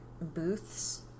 booths